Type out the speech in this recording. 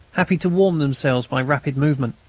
happy to warm themselves by rapid movement.